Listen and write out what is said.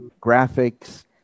graphics